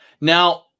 Now